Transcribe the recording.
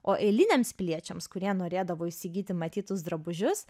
o eiliniams piliečiams kurie norėdavo įsigyti matytus drabužius